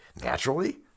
Naturally